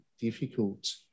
difficult